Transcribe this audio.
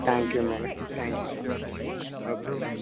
thank you madam thank you so much okay